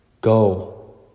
go